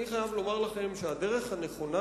אני חייב לומר לכם שהדרך הנכונה,